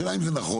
השאלה אם זה נכון.